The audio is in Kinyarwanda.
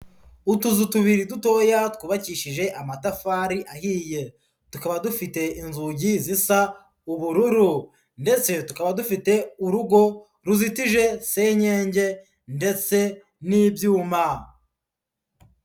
Utuzu tubiri dutoya twubakishije amatafari ahiye, tukaba dufite inzugi zisa ubururu ndetse tukaba dufite urugo ruzitije senyenge ndetse n'ibyuma.